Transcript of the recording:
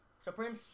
Supreme